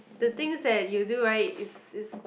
the things that you do right is is